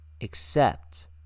accept